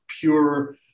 pure